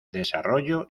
desarrollo